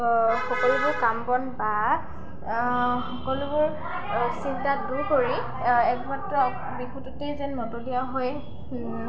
সকলোবোৰ কাম বন বা সকলোবোৰ চিন্তা দূৰ কৰি একমাত্ৰ বিহুটোতেই যেন মতলীয়া হয়